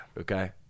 Okay